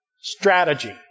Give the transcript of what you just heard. strategy